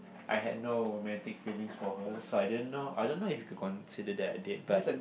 I had no romantic feelings for her so I didn't know I don't know if you could consider it a date but